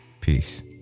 Peace